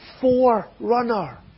forerunner